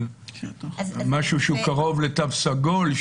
זה משהו שקרוב לתו סגול?